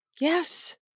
Yes